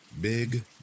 Big